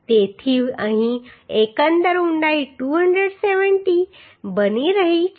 તેથી અહીં એકંદર ઊંડાઈ 270 બની રહી છે